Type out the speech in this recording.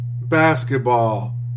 basketball